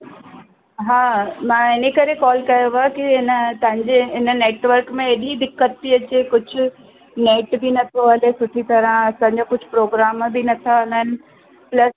हा मां इने करे कॉल कयो आहे के इन तव्हांजे इन नेटवर्क में एॾी दिक़त थी अचे कुझु नेट बि न पियो हले सुठी तरहां असांजो कुझु प्रोग्राम बि नथा हलनि प्लस